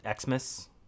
Xmas